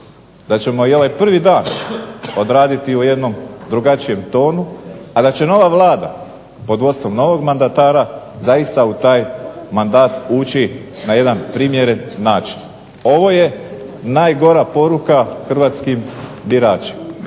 da ćemo i ovaj prvi dah odraditi u jednom drugačijem tonu, a da će nova Vlada pod vodstvom novog mandatara zaista u taj mandat ući na jedan primjeren način. Ovo je najgora poruka hrvatskim biračima,